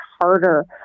harder